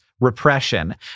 repression